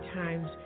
times